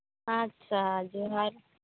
ᱟᱪᱪᱷᱟ ᱡᱚᱦᱟᱨ